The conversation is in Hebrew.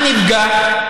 מה נפגע?